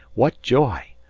what joy!